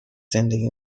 زندگی